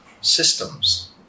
systems